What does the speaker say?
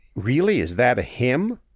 really, is that a hymn?